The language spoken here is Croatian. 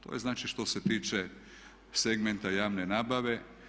To je znači što se tiče segmenta javne nabave.